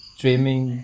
dreaming